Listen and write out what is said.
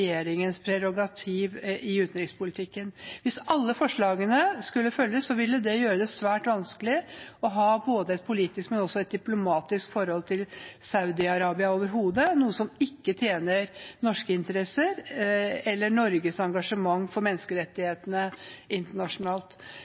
regjeringens prerogativ i utenrikspolitikken. Hvis alle forslagene skulle følges, ville det gjøre det svært vanskelig å ha et politisk, men også et diplomatisk forhold til Saudi-Arabia overhodet, noe som ikke tjener norske interesser eller Norges engasjement for menneskerettighetene internasjonalt.